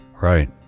Right